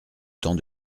temps